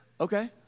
okay